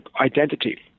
identity